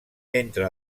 entre